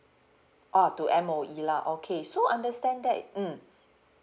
orh to M_O_E lah okay so understand that mm